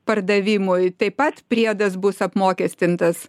pardavimui taip pat priedas bus apmokestintas